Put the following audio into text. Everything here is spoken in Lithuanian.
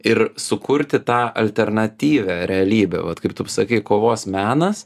ir sukurti tą alternatyvią realybę vat kaip tu sakei kovos menas